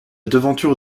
devanture